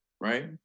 right